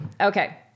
Okay